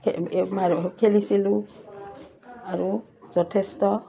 খেলিছিলোঁ আৰু যথেষ্ট